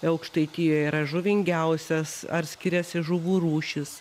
aukštaitijoj yra žuvingiausias ar skiriasi žuvų rūšis